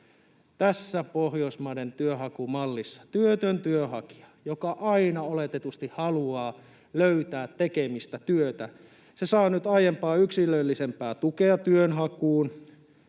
Tässä pohjoismaisessa työnhakumallissa työtön työnhakija, joka aina oletetusti haluaa löytää tekemistä, työtä, saa nyt aiempaa yksilöllisempää tukea työnhakuun.